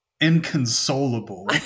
Inconsolable